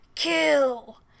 kill